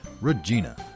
regina